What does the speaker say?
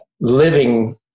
Living